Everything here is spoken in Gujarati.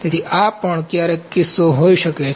તેથી આ પણ ક્યારેક કિસ્સો હોઈ શકે છે